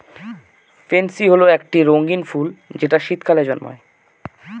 pansy হল একটি রঙ্গীন ফুল যেটা শীতকালে জন্মায়